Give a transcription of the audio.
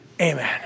amen